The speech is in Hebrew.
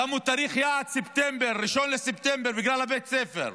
שמו תאריך יעד, 1 בספטמבר, בגלל בית הספר.